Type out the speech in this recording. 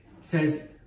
says